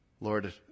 Lord